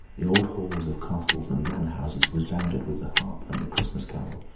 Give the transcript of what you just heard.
the old halls of castles and manor-houses resounded with the harp and the christmas carol,